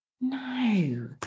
No